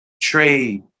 trade